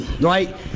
right